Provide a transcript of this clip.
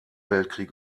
weltkrieg